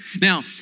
Now